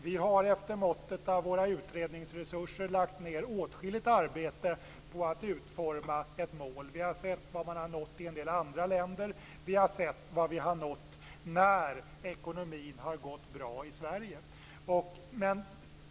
Vi har efter måttet av våra utredningsresurser lagt ned åtskilligt arbete på att utforma ett mål. Vi har sett vad man har nått i en del andra länder, och vi har sett vad vi har nått när ekonomin har gått bra i Sverige.